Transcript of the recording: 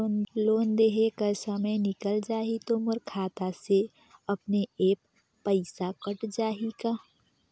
Loan देहे कर समय निकल जाही तो मोर खाता से अपने एप्प पइसा कट जाही का?